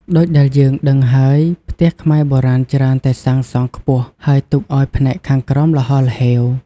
ដូចដែលយើងដឹងហើយ ផ្ទះខ្មែរបុរាណច្រើនតែសាងសង់ខ្ពស់ ហើយទុកឱ្យផ្នែកខាងក្រោមល្ហហ្ហេវ។